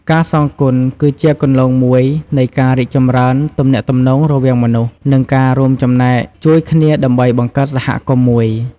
ការសងគុណគឺជាគន្លងមួយនៃការរីកចម្រើនទំនាក់ទំនងរវាងមនុស្ស និងការរួមចំណែកជួយគ្នាដើម្បីបង្កើតសហគមន៍មួយ។